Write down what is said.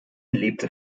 lebte